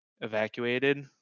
evacuated